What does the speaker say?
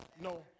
No